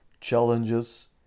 challenges